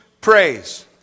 praise